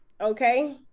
okay